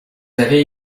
avez